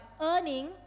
earning